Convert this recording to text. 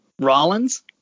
Rollins